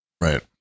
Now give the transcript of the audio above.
Right